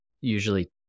usually